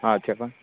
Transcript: చెప్పండి